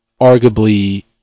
Arguably